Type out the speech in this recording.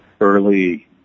early